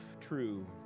true